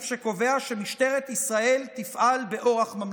שקובע שמשטרת ישראל תפעל באורח ממלכתי?